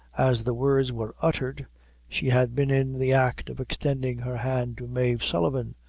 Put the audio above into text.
as the words were uttered she had been in the act of extending her hand to mave sullivan,